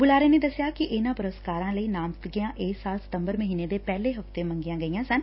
ਬੁਲਾਰੇ ਨੇ ਦਸਿਆ ਕਿ ਇਨ੍ਹਾਂ ਪੁਰਸਕਾਰਾਂ ਲਈ ਨਾਮਜ਼ਦਗੀਆਂ ਇਸ ਸਾਲ ਸਤੰਬਰ ਮਹੀਨੇ ਦੇ ਪਹਿਲੇ ਹਫ਼ਤੇ ਮੰਗੀਆਂ ਗਈਆਂ ਸਨ